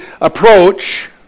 approach